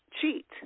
cheat